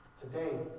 Today